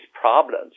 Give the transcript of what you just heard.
problems